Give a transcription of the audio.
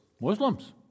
Muslims